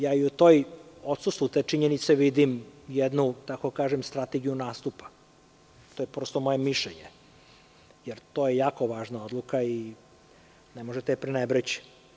Ja i u odsustvu te činjenice vidim jednu, tako da kažem, strategiju nastupa, to je prosto moje mišljenje, jer to je jako važna odluka i ne možete je prenebreći.